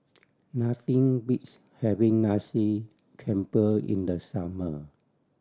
nothing beats having Nasi Campur in the summer